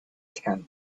camp